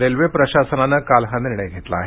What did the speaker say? railway प्रशासनाने काल हा निर्णय घेतला आहे